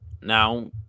now